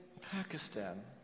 Pakistan